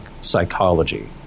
psychology